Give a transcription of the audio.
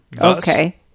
Okay